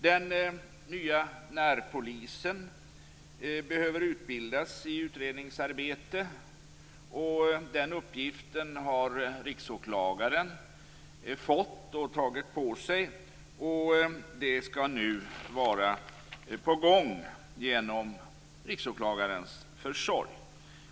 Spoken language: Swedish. Den nya närpolisen behöver utbildas i utredningsarbete. Den uppgiften har Riksåklagaren fått, och tagit på sig, och det skall nu vara på gång genom Riksåklagarens försorg.